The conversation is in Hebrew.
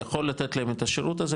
יכול לתת להם את השירות הזה,